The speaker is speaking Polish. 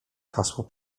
hasło